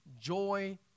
joy